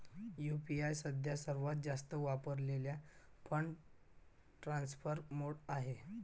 UPI सध्या सर्वात जास्त वापरलेला फंड ट्रान्सफर मोड आहे